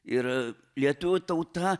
ir lietuvių tauta